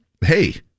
hey